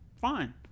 Fine